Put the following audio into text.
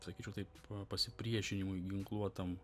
sakyčiau taip pasipriešinimui ginkluotam